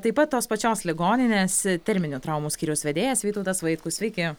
taip pat tos pačios ligoninės terminių traumų skyriaus vedėjas vytautas vaitkus sveiki